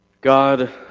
God